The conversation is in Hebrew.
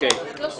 אתם מדברים?